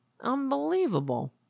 Unbelievable